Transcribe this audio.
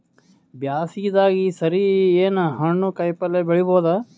ಬ್ಯಾಸಗಿ ದಾಗ ಈ ಸರಿ ಏನ್ ಹಣ್ಣು, ಕಾಯಿ ಪಲ್ಯ ಬೆಳಿ ಬಹುದ?